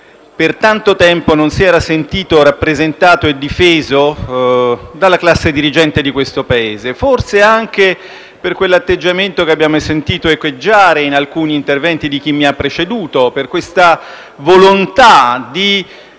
per tanto tempo non si era sentito rappresentato e difeso dalla classe dirigente di questo Paese, forse anche per quell'atteggiamento che abbiamo sentito echeggiare in alcuni interventi di chi mi ha preceduto, per questa volontà di